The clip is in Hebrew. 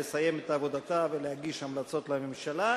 לסיים את עבודתה ולהגיש המלצות לממשלה.